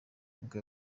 nibwo